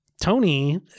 Tony